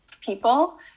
people